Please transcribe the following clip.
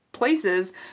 places